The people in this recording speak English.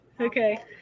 Okay